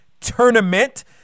Tournament